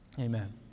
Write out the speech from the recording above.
amen